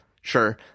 sure